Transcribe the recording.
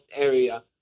area